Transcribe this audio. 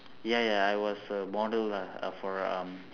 ya ya I was a model lah for um